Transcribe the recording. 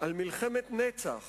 על מלחמת נצח